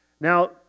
Now